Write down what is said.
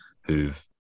who've